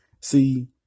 see